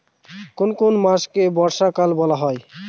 কোন কোন মাসকে বর্ষাকাল বলা হয়?